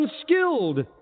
unskilled